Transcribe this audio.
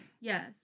Yes